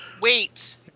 Wait